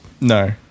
No